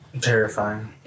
Terrifying